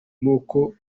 nuko